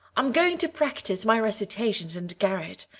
i'm going to practice my recitations in the garret.